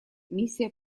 миссия